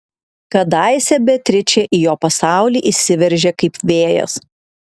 kadaise beatričė į jo pasaulį įsiveržė kaip vėjas